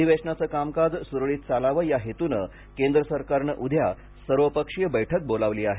अधिवेशानाचं कामकाज सूरळीत चालावं या हेतूनं केंद्र सरकारनं उद्या सर्वपक्षीय बैठक बोलावली आहे